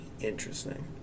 interesting